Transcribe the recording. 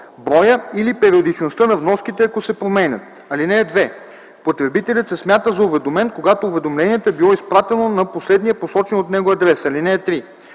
броя или периодичността на вноските, ако се променят. (2) Потребителят се смята за уведомен, когато уведомлението е било изпратено на последния посочен от него адрес. (3)